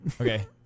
okay